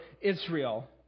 Israel